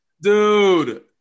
Dude